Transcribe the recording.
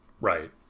right